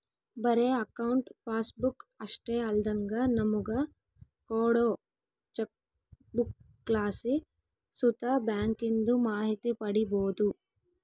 ಬರೇ account passbook ಅಷ್ಟೇ ಅಲ್ದಂಗ ನಮುಗ ಕೋಡೋ ಚೆಕ್ಬುಕ್ಲಾಸಿ ಸುತ ಬ್ಯಾಂಕಿಂದು ಮಾಹಿತಿ ಪಡೀಬೋದು